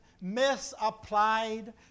misapplied